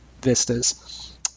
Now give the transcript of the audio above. vistas